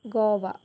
Goa